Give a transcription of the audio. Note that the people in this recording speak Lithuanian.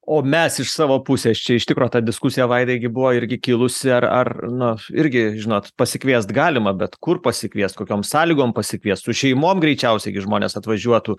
o mes iš savo pusės čia iš tikro ta diskusiją vaidai gi buvo irgi kilusi ar ar na irgi žinot pasikviest galima bet kur pasikviest kokiom sąlygom pasikviest su šeimom greičiausiai žmonės atvažiuotų